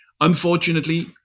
Unfortunately